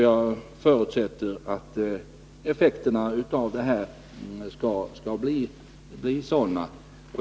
Jag förutsätter alltså att effekterna av åtgärderna skall bli sådana.